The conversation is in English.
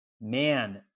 Man